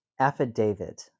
Affidavit